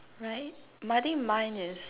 right I think mine is